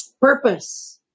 purpose